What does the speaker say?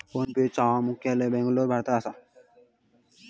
फोनपेचा मुख्यालय बॅन्गलोर, भारतात असा